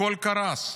הכול קרס.